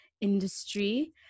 industry